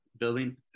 building